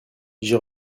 j’y